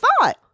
thought